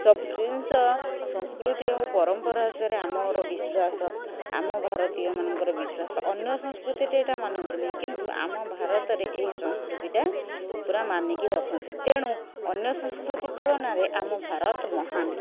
ସବୁ ଜିନଷ ସଂସ୍କୃତି ଆଉ ପରମ୍ପରା ଆମର ବିଶ୍ୱାସ ଆମ ଭାରତୀୟ ମାନଙ୍କର ବିଶ୍ୱାସ ଅନ୍ୟ ସଂସ୍କୃତିରେ ଏଇଟା ମାନନ୍ତିନି କିନ୍ତୁ ଆମ ଭାରତରେ ଏହି ସଂସ୍କୃତିଟା ପୁରା ମାନିକି ରଖନ୍ତି ତେଣୁ ଅନ୍ୟ ସଂସ୍କୃତି ତୁଳନାରେ ଆମ ଭାରତ ମହାନ୍